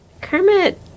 Kermit